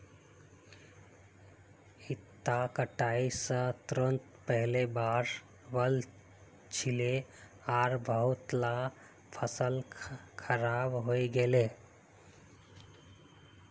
इता कटाई स तुरंत पहले बाढ़ वल छिले आर बहुतला फसल खराब हई गेले